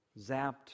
zapped